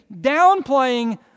downplaying